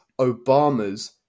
Obama's